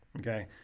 Okay